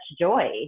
joy